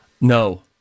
No